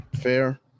Fair